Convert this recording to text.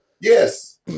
Yes